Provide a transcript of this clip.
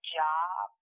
job